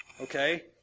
Okay